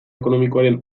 ekonomikoaren